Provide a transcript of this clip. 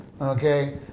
Okay